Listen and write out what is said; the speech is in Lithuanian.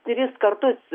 tris kartus